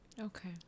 okay